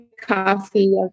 coffee